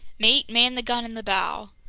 mate, man the gun in the bow!